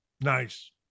Nice